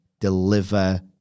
deliver